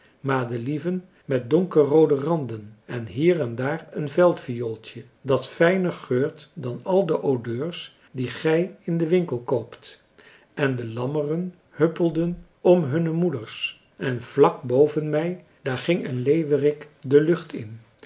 madelieven met donkerroode randen en hier en daar een veldviooltje dat fijner geurt dan al de odeurs die gij in de winkels koopt en de lammeren huppelden om hunne moeders en vlak boven mij daar ging een leeuwerik de lucht in